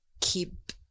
keep